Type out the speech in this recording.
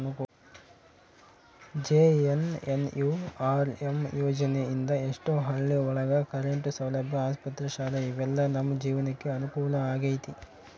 JNNURM ಯೋಜನೆ ಇಂದ ಎಷ್ಟೋ ಹಳ್ಳಿ ಒಳಗ ಕರೆಂಟ್ ಸೌಲಭ್ಯ ಆಸ್ಪತ್ರೆ ಶಾಲೆ ಇವೆಲ್ಲ ನಮ್ ಜೀವ್ನಕೆ ಅನುಕೂಲ ಆಗೈತಿ